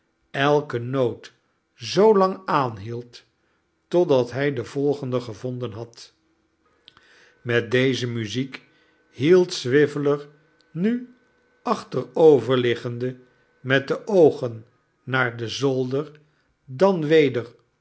elke noot zoolang aanhield totdat hij de volgende gevonden had met deze muziek hield swiveller nu achteroverliggende met de oogen naar den zolder dan weder